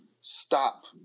stop